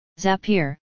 Zapier